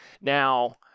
Now